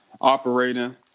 operating